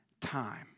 time